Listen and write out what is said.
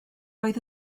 oedd